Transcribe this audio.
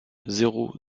zéro